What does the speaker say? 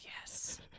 yes